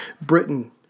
Britain